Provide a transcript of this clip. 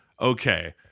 okay